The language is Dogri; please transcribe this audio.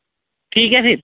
ठीक ऐ फिर